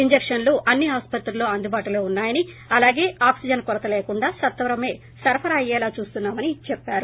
టీకాలను అన్ని ఆసుపత్రుల్లో అందుబాటులో ఉన్నా యని ఆక్సిజన్ కొరత లేకుండా సత్వరమే సరఫరా అయ్యేలా చూస్తున్నా మని చెప్పారు